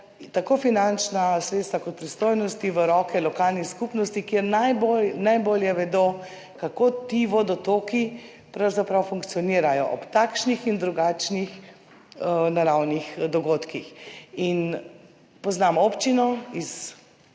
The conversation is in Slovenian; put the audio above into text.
tako finančna sredstva kot pristojnosti v roke lokalnih skupnosti, kjer najbolj najbolje vedo, kako ti vodotoki pravzaprav funkcionirajo ob takšnih in drugačnih naravnih dogodkih. Poznam občino iz